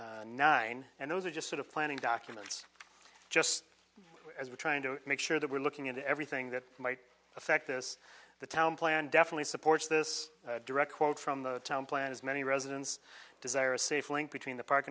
page nine and those are just sort of planning documents just as we're trying to make sure that we're looking into everything that might affect this the town plan definitely supports this direct quote from the town planners many residents desire a safe link between the park